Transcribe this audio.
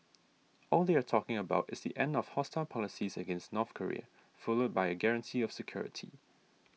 all they are talking about is the end of hostile policies against North Korea followed by a guarantee of security